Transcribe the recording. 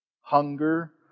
hunger